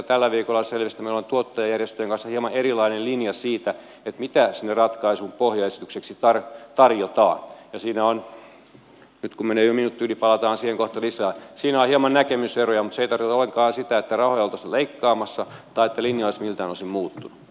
tällä viikolla selvisi että meillä on tuottajajärjestöjen kanssa hieman erilainen linja siitä mitä sinne ratkaisun pohjaesitykseksi tarjotaan ja siinä on nyt kun menee jo minuutin yli palataan siihen kohta lisää hieman näkemyseroja mutta se ei tarkoita ollenkaan sitä että rahoja oltaisiin leikkaamassa tai että linja olisi miltään osin muuttunut